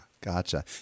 Gotcha